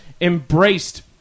embraced